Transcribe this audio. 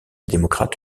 démocrate